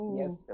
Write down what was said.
yes